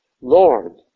Lord